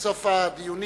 בסוף הדיונים